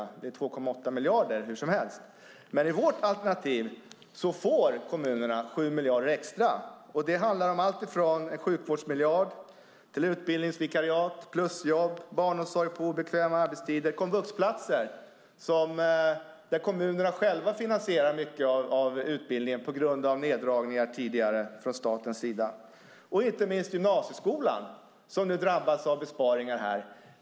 Det är hur som helst 2,8 miljarder. Men i vårt alternativ får kommunerna 7 miljarder extra. Det handlar om alltifrån sjukvårdsmiljard till utbildningsvikariat, plusjobb, barnomsorg på obekväma arbetstider, komvuxplatser, där kommunerna själva finansierar mycket av utbildningen på grund av tidigare neddragningar från statens sida, och inte minst gymnasieskolan som nu drabbas av besparingar.